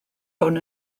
hwn